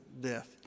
death